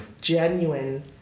Genuine